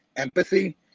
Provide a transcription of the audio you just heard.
Empathy